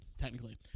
technically